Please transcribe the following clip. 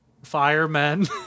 firemen